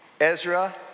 Ezra